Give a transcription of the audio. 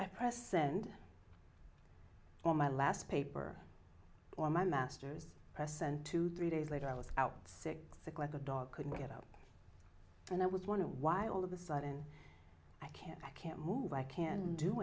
i pressed send on my last paper or my master's press and two three days later i was out sick sick like a dog couldn't get up and i was one of why all of a sudden can't i can't move i can do